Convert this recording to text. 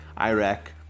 Iraq